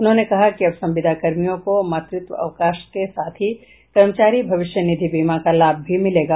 उन्होंने कहा कि अब संविदा कर्मियों को मातृत्व अवकाश के साथ ही कर्मचारी भविष्य निधि बीमा का लाभ भी मिलेगा